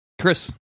chris